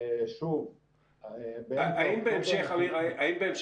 אתה אומר